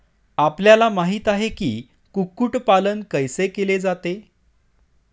आपल्याला माहित आहे की, कुक्कुट पालन कैसे केले जाते?